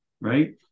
right